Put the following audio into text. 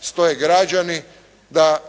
stoje građani, da